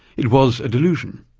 it was a delusion.